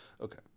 okay